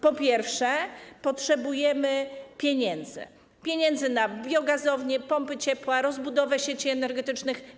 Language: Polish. Po pierwsze, potrzebujemy pieniędzy na biogazownie, pompy ciepła, rozbudowę sieci energetycznych.